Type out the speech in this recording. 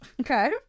Okay